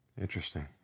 Interesting